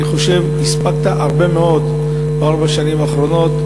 אני חושב שהספקת הרבה מאוד בארבע השנים האחרונות,